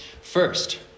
first